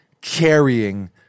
carrying